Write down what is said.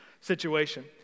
situation